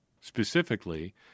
specifically